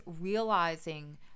realizing